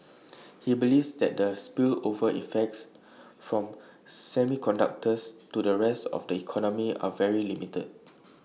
he believes that the spillover effects from semiconductors to the rest of the economy are very limited